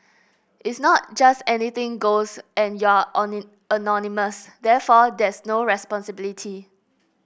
it's not just anything goes and you're anon anonymous therefore there's no responsibility